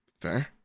Fair